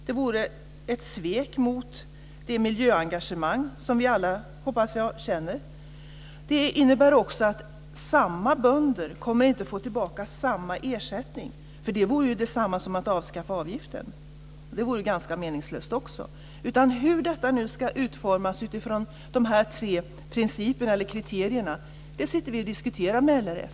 Det vore ett svek mot det miljöengagemang som vi alla, hoppas jag, känner. Det här innebär också att samma bönder inte kommer att få tillbaka samma ersättning; det vore ju detsamma som att avskaffa avgiften, och det vore ganska meningslöst. Hur detta nu ska utformas utifrån de här tre kriterierna sitter vi och diskuterar med LRF.